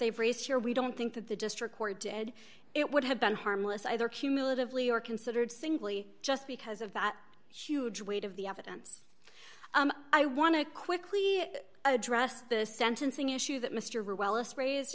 they've raised here we don't think that the district court did it would have been harmless either cumulatively or considered singly just because of that huge weight of the evidence i want to quickly address the sentencing issue that mr riehl ellis raised